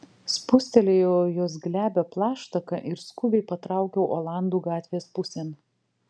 spustelėjau jos glebią plaštaką ir skubiai patraukiau olandų gatvės pusėn